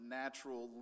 natural